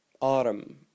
Autumn